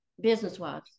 business-wise